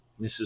Mrs